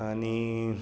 आनी